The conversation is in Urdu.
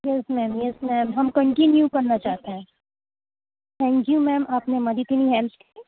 یس میم یس میم ہم کنٹینیو کرنا چاہتے ہیں تھینک یو میم آپ نے ہماری اتنی ہیلپ کی